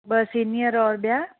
ॿ सीनियर और ॿियां